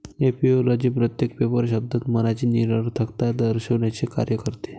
ऍपिओलॉजी प्रत्येक पेपर शब्दात मनाची निरर्थकता दर्शविण्याचे कार्य करते